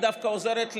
דווקא עוזרת לאלה,